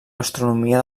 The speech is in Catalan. gastronomia